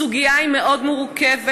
הסוגיה היא מאוד מורכבת,